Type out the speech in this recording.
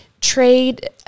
trade